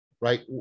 right